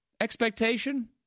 expectation